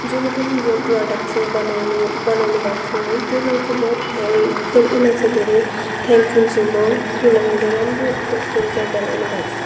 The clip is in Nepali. जसले पनि यो प्रडक्ट चाहिँ बनाउनु बनाउनुभएको हो त्यसलाई चाहिँ बहुत धेर धेर उसलाई चाहिँ धेरै थ्याङ्कफुल छु म उनीहरूले चाहिँ राम्रो स्किन केयर बनाउनु भएछ